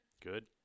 Good